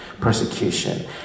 persecution